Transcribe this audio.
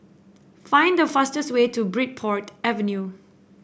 find the fastest way to Bridport Avenue